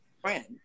Friend